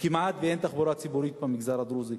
וכמעט אין תחבורה ציבורית במגזר הדרוזי.